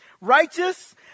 Righteous